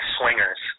swingers